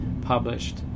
published